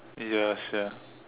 ya sia